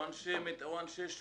או אנשי "שוהר",